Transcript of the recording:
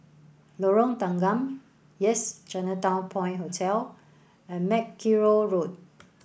Lorong Tanggam Yes Chinatown Point Hotel and Mackerrow Road